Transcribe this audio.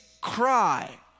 cry